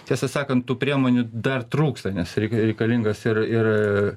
tiesą sakant tų priemonių dar trūksta nes reik reikalingas ir ir